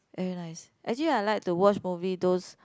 very nice actually I like to watch movie those